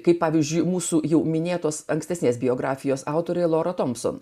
kaip pavyzdžiui mūsų jau minėtos ankstesnės biografijos autorė lora thomson